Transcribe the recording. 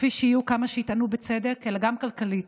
כפי שיהיו כמה שיטענו בצדק, אלא גם כלכלית.